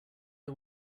are